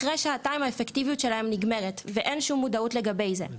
אחרי שעתיים האפקטיביות שלהם נגמרת ואין שום מודעות לגבי זה.